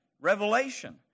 revelation